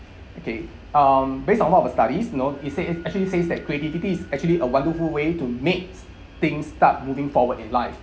okay um based on one of the studies you know he said it actually says that creativity is actually a wonderful way to makes things start moving forward in life